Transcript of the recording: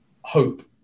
hope